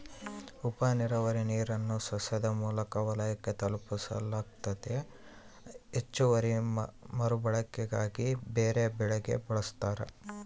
ಉಪನೀರಾವರಿ ನೀರನ್ನು ಸಸ್ಯದ ಮೂಲ ವಲಯಕ್ಕೆ ತಲುಪಿಸಲಾಗ್ತತೆ ಹೆಚ್ಚುವರಿ ಮರುಬಳಕೆಗಾಗಿ ಬೇರೆಬೆಳೆಗೆ ಬಳಸ್ತಾರ